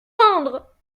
rendre